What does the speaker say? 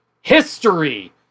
History